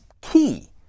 key